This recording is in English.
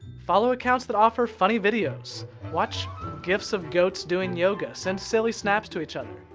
follow accounts that offer funny videos, watch gifs of goats doing yoga, send silly snaps to each other.